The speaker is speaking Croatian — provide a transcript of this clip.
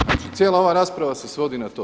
Znači cijela ova rasprava se svodi na to.